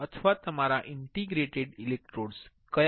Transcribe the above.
અથવા તમારા interdigitated electrodes ક્યા